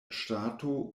ŝtato